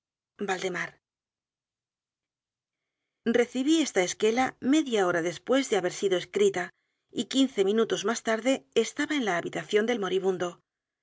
y cdentos recibí esta esquela media hora después de haber sido escrita y quince minutos más t a r d e estaba en la habitación del moribundo